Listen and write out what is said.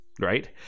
right